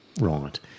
Right